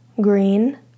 Green